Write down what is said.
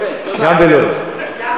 גם